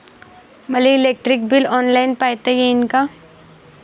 मले electric bill online पायता येईन का?